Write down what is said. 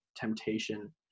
temptation